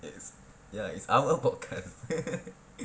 yes ya it's our podcast